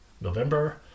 November